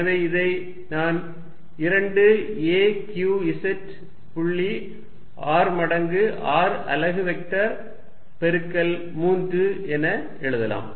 எனவே இதை நான் 2 a q z புள்ளி r மடங்கு r அலகு வெக்டர் பெருக்கல் 3 என எழுதலாம்